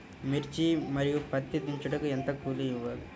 మిర్చి మరియు పత్తి దించుటకు ఎంత కూలి ఇవ్వాలి?